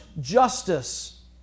justice